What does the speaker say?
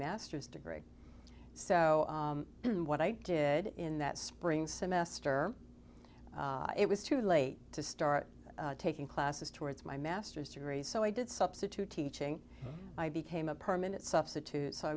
master's degree so what i did in that spring semester it was too late to start taking classes towards my master's degrees so i did substitute teaching i became a permanent substitute so i